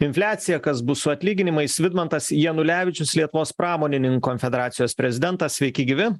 infliacija kas bus su atlyginimais vidmantas janulevičius lietuvos pramonininkų konfederacijos prezidentas sveiki gyvi